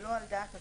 שלא על דעת הצרכן.